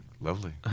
Lovely